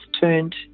turned